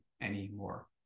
anymore